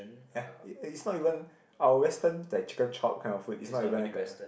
ya and is not even our Western like chicken chop kind of food is not even like a